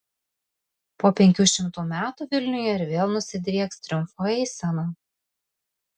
po penkių šimtų metų vilniuje ir vėl nusidrieks triumfo eisena